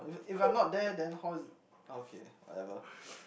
if if I'm not there then how's okay whatever